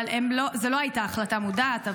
אבל זו לא הייתה החלטה מודעת,